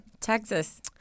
Texas